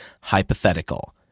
hypothetical